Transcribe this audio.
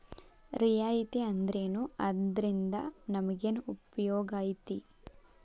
ರಿಯಾಯಿತಿ ಅಂದ್ರೇನು ಅದ್ರಿಂದಾ ನಮಗೆನ್ ಉಪಯೊಗೈತಿ?